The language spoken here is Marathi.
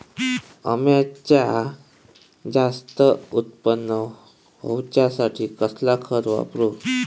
अम्याचा जास्त उत्पन्न होवचासाठी कसला खत वापरू?